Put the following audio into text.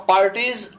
Parties